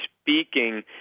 speaking